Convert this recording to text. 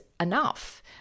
enough